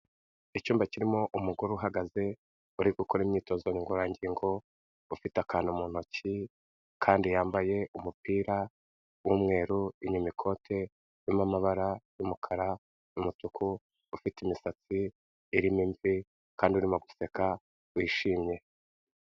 Icyumba kirimo umugore uhagaze uri gukora imyitozo ngororangingo, ufite akantu mu ntoki kandi yambaye umupira w'umweru, inyuma ikote urimo amabara y'umukara, umutuku ufite imisatsi irimo imvi kandi urimo guseka wishimye.